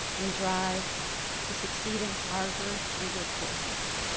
and drive to succeed in harvard rigor courses.